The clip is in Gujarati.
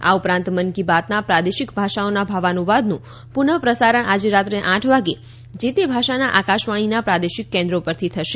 આ ઉપરાંત મન કી બાતના પ્રાદેશિક ભાષાઓના ભાવાનુવાદનું પુનઃ પ્રસારણ આજે રાત્રે આઠ વાગે જે તે ભાષાના આકાશવાણી પ્રાદેશિક કેન્દ્રો પરથી થશે